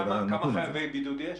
אה, כמה חייבי בידוד יש?